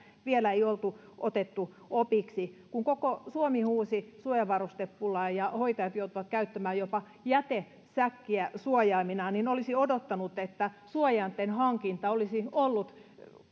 vielä ei oltu otettu opiksi kun koko suomi huusi suojavarustepulaa ja hoitajat joutuivat käyttämään jopa jätesäkkejä suojaiminaan niin olisi odottanut että suojainten hankinta olisi ollut